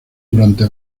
durante